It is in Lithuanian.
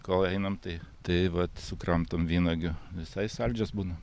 kol einam tai tai vat sukramtom vynuogių visai saldžios būna